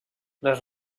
les